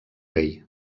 rei